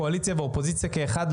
קואליציה ואופוזיציה כאחד.